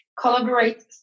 collaborate